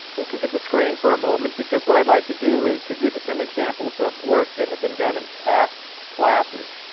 let's look at the screen for a moment because what i'd like to do is to give you some examples of work that have been done in past classes.